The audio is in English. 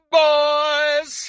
boys